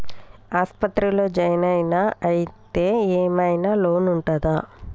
ఆస్పత్రి లో జాయిన్ అయితే ఏం ఐనా లోన్ ఉంటదా?